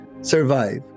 survive